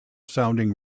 sounding